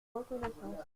reconnaissance